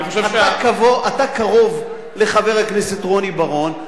אתה קרוב לחבר הכנסת רוני בר-און,